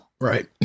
right